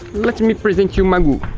let's me present you magoo.